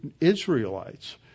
Israelites